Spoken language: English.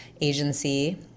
agency